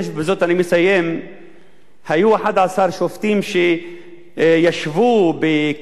היו 11 שופטים שישבו על כס המשפט כדי לדון בסוגיה הזאת.